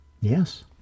Yes